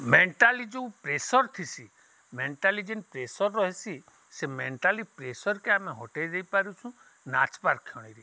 mentally ଯେଉଁ pressure ଥିସି mentally ଯେନ୍ ପ୍ରେସର୍ ରହିସି ସେ ମେଣ୍ଟାଲି ପ୍ରେସର୍କେ ଆମେ ହଟେଇ ଦେଇ ପାରୁଛୁଁ ନାଚ୍ବାର୍ କ୍ଷଣୀରେ